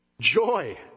joy